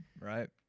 Right